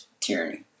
tyranny